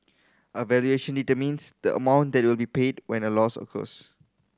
a valuation determines the amount that will be paid when a loss occurs